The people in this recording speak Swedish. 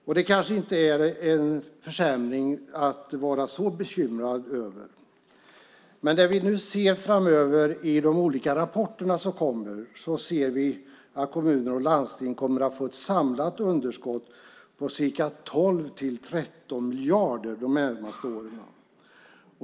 Det är kanske inte en försämring att vara så bekymrad över, men det vi ser framöver i de olika rapporterna är att kommuner och landsting kommer att få ett samlat underskott på 12-13 miljarder de närmaste åren.